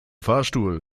fahrstuhl